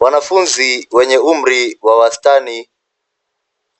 Wanafunzi wenye umri wa wastani,